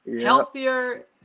healthier